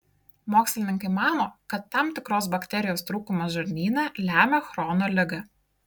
mokslininkai mano kad tam tikros bakterijos trūkumas žarnyne lemia chrono ligą